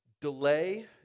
Delay